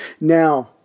Now